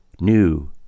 new